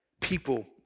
people